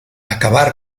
acabar